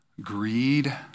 Greed